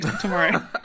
tomorrow